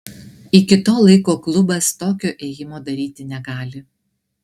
iki to laiko klubas tokio ėjimo daryti negali